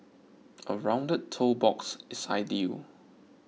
a rounded toe box is ideal